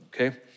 okay